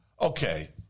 Okay